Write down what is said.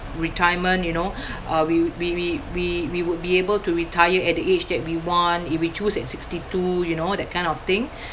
retirement you know uh we we we we we would be able to retire at the age that we want if we choose at sixty two you know that kind of thing